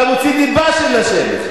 אתה מוציא דיבה של השם הזה.